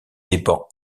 dépend